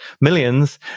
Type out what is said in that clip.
millions